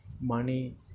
Money